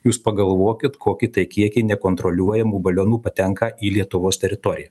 jūs pagalvokit koki tai kiekiai nekontroliuojamų balionų patenka į lietuvos teritoriją